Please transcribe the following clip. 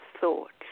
thoughts